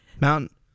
mountain